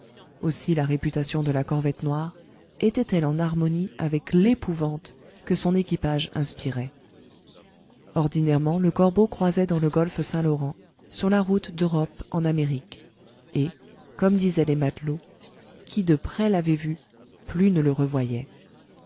aussi la réputation de la corvette noire était-elle en harmonie avec l'épouvante que son équipage inspirait ordinairement le corbeau croisait dans le golfe saint-laurent sur la route d'europe en amérique et comme disaient les matelots qui de près l'avait vu plus ne le revoyait